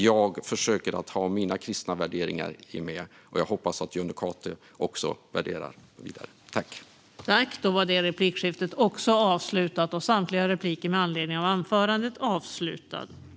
Jag försöker att ha med mina kristna värderingar i detta, och jag hoppas att Jonny Cato också sätter värde på dem.